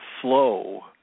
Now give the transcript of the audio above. flow